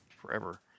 Forever